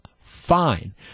fine